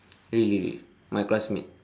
really really my classmate